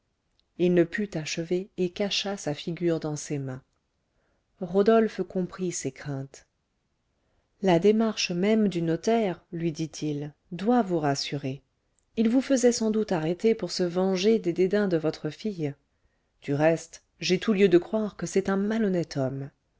il ne put achever et cacha sa figure dans ses mains rodolphe comprit ses craintes la démarche même du notaire lui dit-il doit vous rassurer il vous faisait sans doute arrêter pour se venger des dédains de votre fille du reste j'ai tout lieu de croire que c'est un malhonnête homme